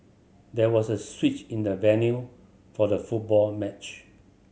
there was a switch in the venue for the football match